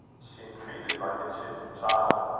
she entreated like a chidden child.